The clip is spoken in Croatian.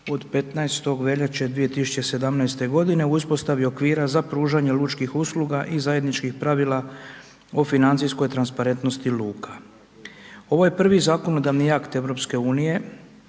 od 15. veljače 2017. godine o uspostavi okvira za pružanje lučkih usluga i zajedničkih pravila o financijskoj transparentnosti luka. Ovo je prvi zakonodavni akt EU,